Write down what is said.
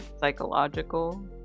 psychological